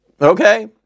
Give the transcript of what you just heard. Okay